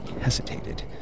hesitated